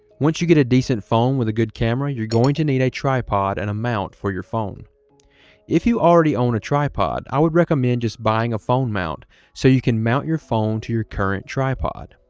once you get a decent phone with a good camera you're going to need a tripod and a mount for your phone if you already own a tripod would recommend just buying a phone mount so you can mount your phone to your current tripod.